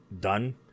done